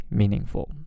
meaningful